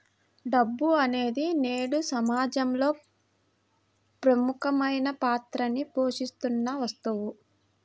డబ్బు అనేది నేడు సమాజంలో ప్రముఖమైన పాత్రని పోషిత్తున్న వస్తువు